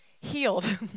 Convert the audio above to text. healed